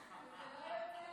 זה לא יוציא אותי,